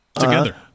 Together